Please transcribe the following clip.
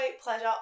pleasure